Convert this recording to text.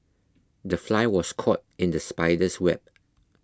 the fly was caught in the spider's web